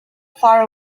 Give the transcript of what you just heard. far